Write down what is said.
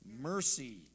Mercy